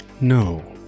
no